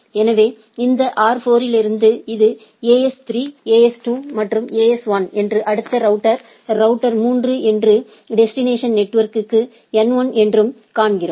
எனவே இந்த R4 இலிருந்து இது AS3 AS2 மற்றும் AS1 என்றும் அடுத்த ரவுட்டர் ரவுட்டர் 3 என்றும் டெஸ்டினேஷன் நெட்வொர்க்கு N1 என்றும் காண்கிறோம்